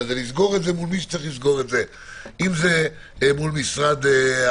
לסגור את זה מול מי שצריך לסגור את זה - אם זה מול משרד הרווחה,